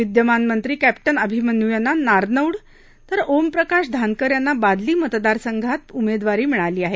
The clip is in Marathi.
विद्यमान मंत्री कॅप्टन अभिमन्यू यांना नारनौड तर ओमप्रकाश धानकर यांना बादली मतदारसंघात उमेदवारी मिळाली आहे